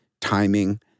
timing